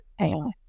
AI